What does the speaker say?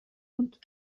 und